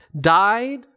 died